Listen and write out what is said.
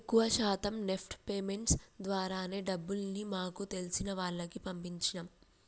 ఎక్కువ శాతం NEFT payments ద్వారానే డబ్బుల్ని మాకు తెలిసిన వాళ్లకి పంపించినం